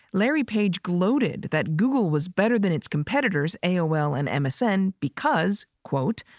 larry page gloated that google was better than its competitors, aol and amazon, because, quote,